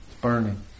burning